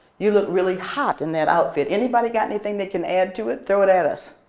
you look really hot in that outfit. anybody got anything they can add to it? throw it at us.